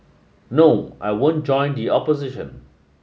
no I won't join the opposition